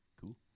cool